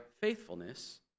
faithfulness